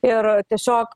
ir tiesiog